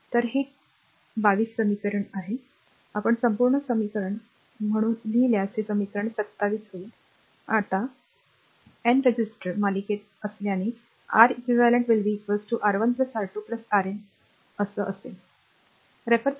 तर हे 2 2 समीकरणे आपण संपूर्ण समीकरण म्हणून लिहिल्यास हे समीकरण 27 होईल आता r N रेझिस्टर्स मालिकेत असल्याने R eq will be R1 R2 Rn असेल